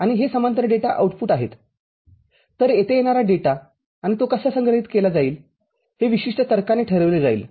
तरयेथे येणार डेटा आणि तो कसा संग्रहित केला जाईल हे विशिष्ट तर्काने ठरविले जाईल